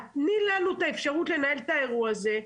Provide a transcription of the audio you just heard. תני לנו את האפשרות לנהל את האירוע הזה,